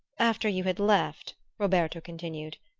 after you had left, roberto continued,